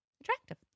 attractive